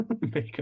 Makeup